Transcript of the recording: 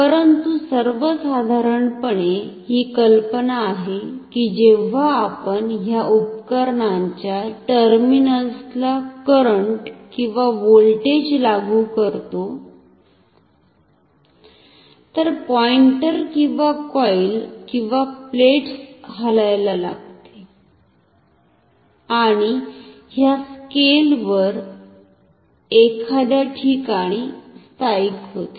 परंतु सर्वसाधारणपणे ही कल्पना आहे कि जेव्हा आपण ह्या उपकरणांच्या टर्मिनल्सला करंट किंवा व्होल्टेज लागू करतो तर पॉइंटर किंवा कॉईल किंवा प्लेट हलायला लागते आणि ह्या स्केल वर एखाद्या ठिकाणी स्थायीक होते